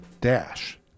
dash